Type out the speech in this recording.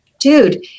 Dude